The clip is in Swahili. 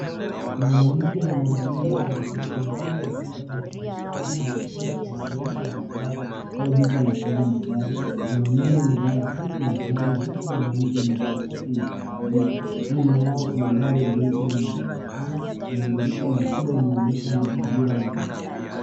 Mwanamke na mwanamume wamesimama ndani ya chumba kinachoonekana kama chumba cha maonyesho ya magari au duka la kuuza magari. Mwanaume amevaa suti na tai huku mwanamke amevaa koti la kahawia. Nyuma yao kuna gari jeusi linaloonekana na madirisha makubwa yanaoyoonyesha mazingira ya nje.